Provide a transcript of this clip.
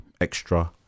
extra